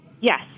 Yes